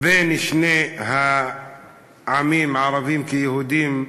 בין שני העמים, ערבים כיהודים,